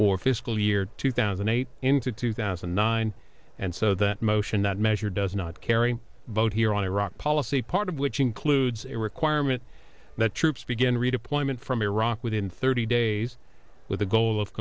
fiscal year two thousand and eight into two thousand and nine and so that motion that measure does not carry the boat here on iraq policy part of which includes a requirement that troops begin redeployment from iraq within thirty days with the goal of